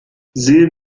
sehen